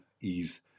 ease